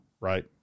Right